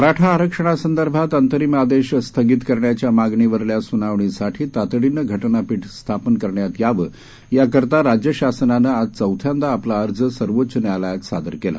मराठा आरक्षणासंदर्भात अंतरिम आदेश स्थगित करण्याच्या मागणीवरल्या सूनावणीसाठी तातडीनं घटनापीठ स्थापन करण्यात यावं या करता राज्य शासनानं आज चौथ्यांदा आपला अर्ज सर्वोच्च न्यायालयात सादर केला